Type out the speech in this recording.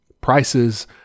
prices